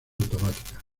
automáticas